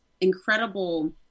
incredible